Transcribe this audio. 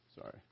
Sorry